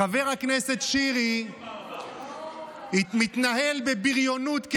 חבר הכנסת שירי מתנהל בבריונות,